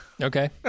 okay